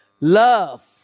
Love